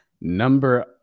Number